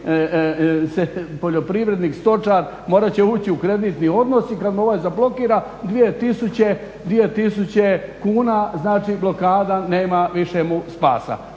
poljoprivrednik, stočar, morat će ući u kreditni odnos i kad mu ovaj zablokira, 2000 kuna znači blokada, nema više mu spasa,